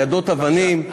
ליידות אבנים,